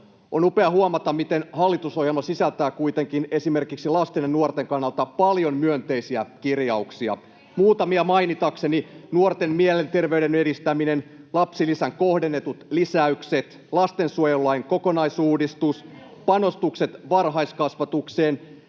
On upea huomata, miten hallitusohjelma sisältää kuitenkin esimerkiksi lasten ja nuorten kannalta paljon myönteisiä kirjauksia — muutamia mainitakseni: nuorten mielenterveyden edistäminen, lapsilisän kohdennetut lisäykset, lastensuojelulain kokonaisuudistus, panostukset varhaiskasvatukseen,